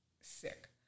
sick